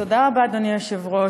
תודה רבה, אדוני היושב-ראש.